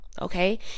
Okay